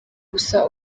gusa